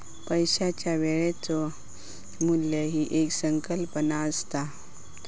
पैशाच्या वेळेचा मू्ल्य ही एक संकल्पना असता